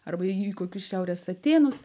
arba jeigu kokius šiaurės atėnus